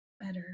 better